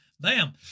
Bam